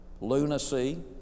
lunacy